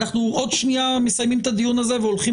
עוד שנייה אנחנו מסיימים את הדיון הזה והולכים